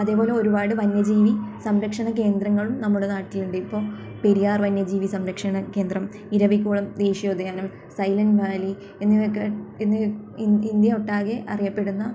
അതുപോലെ ഒരുപാട് വന്യജീവി സംരക്ഷണ കേന്ദ്രങ്ങളും നമ്മുടെ നാട്ടിലുണ്ട് ഇപ്പോൾ പെരിയാർ വന്യജീവി സംരക്ഷണ കേന്ദ്രം ഇരവികുളം ദേശീയ ഉദ്യാനം സൈലൻറ് വാലി എന്നിവയൊക്കെ എന്നിവ ഇന്ത്യ ഒട്ടാകെ അറിയപ്പെടുന്ന